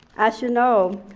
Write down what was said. as you know,